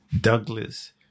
Douglas